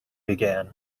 began